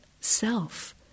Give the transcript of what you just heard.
self